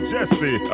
Jesse